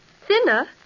Thinner